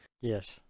Yes